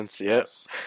yes